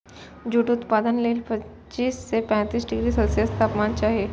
jute उत्पादन लेल पच्चीस सं पैंतीस डिग्री सेल्सियस तापमान चाही